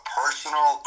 personal